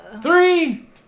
Three